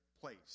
place